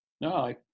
no